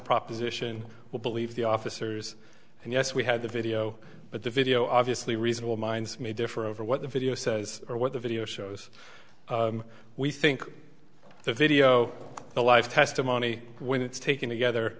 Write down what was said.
proposition will believe the officers and yes we had the video but the video obviously reasonable minds may differ over what the video says or what the video shows we think the video the live testimony when it's taken together